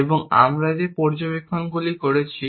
এবং আমরা যে পর্যবেক্ষণগুলি করেছি